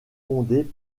fondée